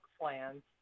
plans